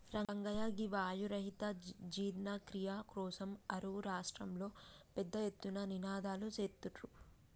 రంగయ్య గీ వాయు రహిత జీర్ణ క్రియ కోసం అరువు రాష్ట్రంలో పెద్ద ఎత్తున నినాదలు సేత్తుర్రు